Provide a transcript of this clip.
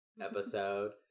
episode